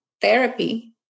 therapy